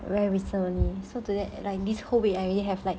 very recently only so like this whole week I already have like